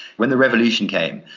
when the revolution came,